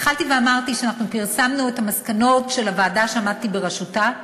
התחלתי ואמרתי שפרסמנו את המסקנות של הוועדה שעמדתי בראשה,